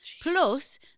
Plus